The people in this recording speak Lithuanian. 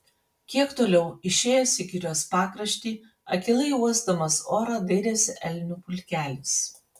kiek toliau išėjęs į girios pakraštį akylai uosdamas orą dairėsi elnių pulkelis